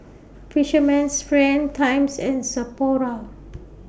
Fisherman's Friend Times and Sapporo